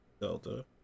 Delta